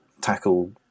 tackle